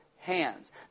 Hands